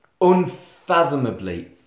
unfathomably